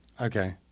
Okay